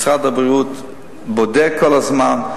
משרד הבריאות בודק כל הזמן,